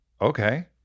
okay